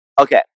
Okay